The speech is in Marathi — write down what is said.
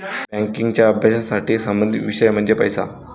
बँकिंगच्या अभ्यासाशी संबंधित विषय म्हणजे पैसा